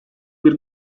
bir